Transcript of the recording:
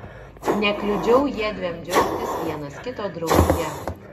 nekliudžiau jiedviem džiaugtis vienas kito draugija